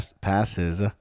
passes